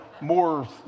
more